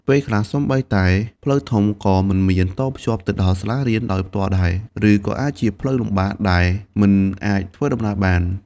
ពេលខ្លះសូម្បីតែផ្លូវធំក៏មិនមានតភ្ជាប់ទៅដល់សាលាដោយផ្ទាល់ដែរ ឬក៏អាចជាផ្លូវលំបាកដែលមិនអាចធ្វើដំណើរបាន។